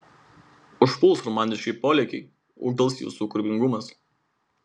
užplūs romantiški polėkiai ūgtels jūsų kūrybingumas